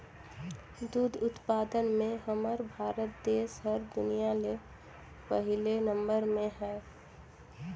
दूद उत्पादन में हमर भारत देस हर दुनिया ले पहिले नंबर में हे